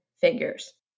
figures